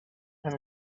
and